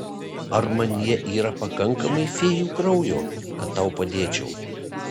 ar manyje yra pakankamai fėjų kraujo kad tau padėčiau